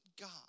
God